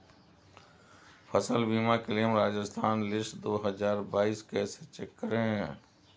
फसल बीमा claim Rajasthan list दो हज़ार बाईस कैसे चेक करें?